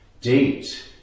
date